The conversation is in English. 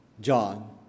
John